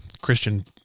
Christian